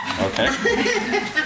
Okay